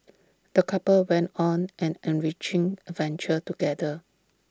the couple went on an enriching adventure together